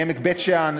מעמק בית-שאן,